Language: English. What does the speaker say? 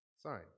sign